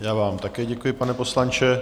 Já vám také děkuji, pane poslanče.